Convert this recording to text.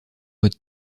mode